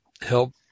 help